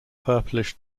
purplish